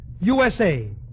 USA